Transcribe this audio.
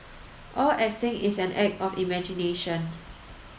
all acting is an act of imagination